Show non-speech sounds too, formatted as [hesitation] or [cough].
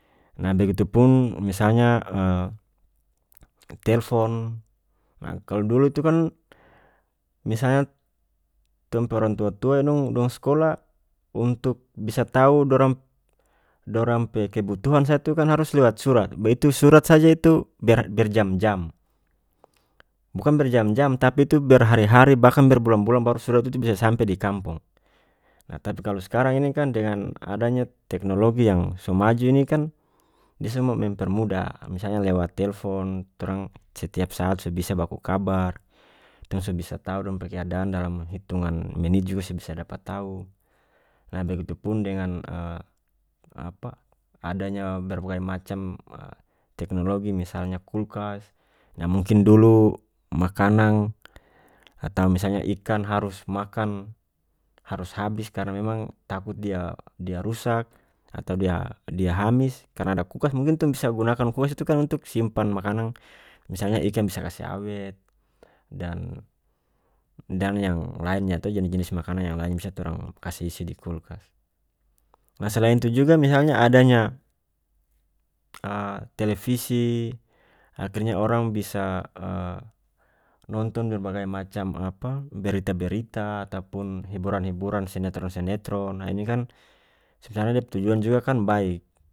Nah begitupun misalnya [hesitation] telfon ah kalu dulu itu kan misat tong pe orang tua-tua yang dong- dong skolah untuk bisa tau dorangp- dorang pe kebutuhan saja tu kan harus lewat surat be itu surat saja itu ber a- berjam-jam bukan berjam-jam tapi itu berhari-hari bahkan berbulan-bulan baru surat itu bisa sampe di kampong ah tapi kalu skarang ini kan dengan adanya teknologi yang so maju ini kan dia so mo mempermudah misalnya lewat telfon torang setiap saat so bisa baku kabar tong so bisa tau dong pe keadaan dalam hitungan menit juga so bisa tau nah begitupun dengan [hesitation] apa adanya berbagai macam [hesitation] teknologi misalnya kulkas yang mungkin dulu makanang atau misalnya ikan harus makan harus habis karna memang takut dia- dia rusak atau dia- dia hamis karna ada kulkas mungkin tong bisa gunakan kulkas kan itu untuk simpan makanang misalnya ikan bisa kase awet dan- dan yang lainnya to jenis-jenis makanang yang lain bisa torang kase isi di kulkas nah selain itu juga misalnya adanya [hesitation] televisi akhirnya orang bisa [hesitation] nonton berbagai macam apa berita-berita ataupun hiburan-hiburan sinetron-sinetron ah ini kan [unintelligible] dia pe tujuan juga kan baik.